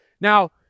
Now